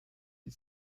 die